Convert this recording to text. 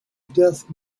death